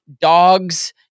dogs